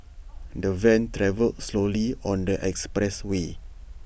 the van travelled slowly on the expressway